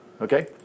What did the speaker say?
Okay